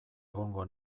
egongo